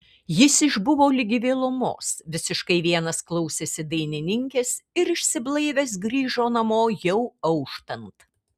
jis išbuvo ligi vėlumos visiškai vienas klausėsi dainininkės ir išsiblaivęs grįžo namo jau auštant